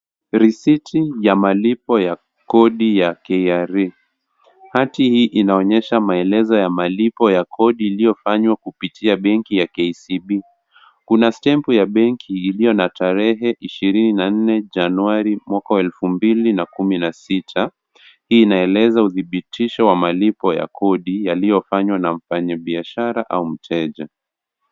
Risiti ya malipo ya kodi ya KRA. Hati hii inaonyesha maelezo ya malipo ya kodi iliyofanywa kupitia benki ya KCB. Kuna stampu ya benki, iliyo na tarehe ishirini na nne, Januari, mwaka wa elfu mbili na kumi na sita. Hii inaeleza udhibitisho wa malipo ya kodi yaliyofanywa na mfanyabiashara au mteja.